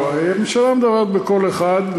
לא, הממשלה מדברת בקול אחד.